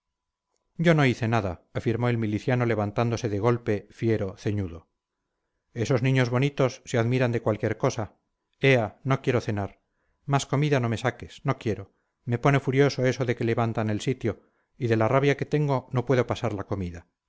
yo no hice nada afirmó el miliciano levantándose de golpe fiero ceñudo esos niños bonitos se admiran de cualquier cosa ea no quiero cenar más comida no me saques no quiero me pone furioso eso de que levantan el sitio y de la rabia que tengo no puedo pasar la comida